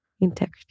Integrity